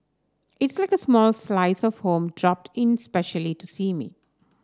it's like a small slice of home dropped in specially to see me